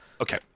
Okay